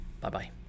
Bye-bye